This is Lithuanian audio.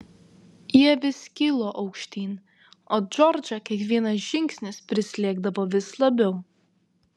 jie vis kilo aukštyn o džordžą kiekvienas žingsnis prislėgdavo vis labiau